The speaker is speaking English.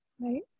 Right